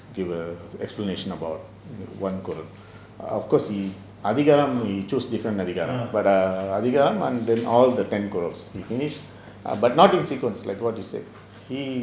give a explanation about one குறல்:kural of course he அதிகாரம்:athikaaram he chose different அதிகாரம்:athikaaram but err அதிகாரம்:athikaaram all the ten course he finish but not in sequence like what you said